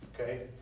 okay